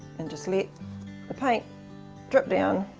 and just let the paint drip down.